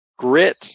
Grit